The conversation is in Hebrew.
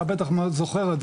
אתה בטח זוכר את זה,